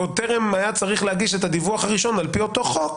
ועוד טרם היה צריך להגיש את הדיווח הראשון על פי אותו חוק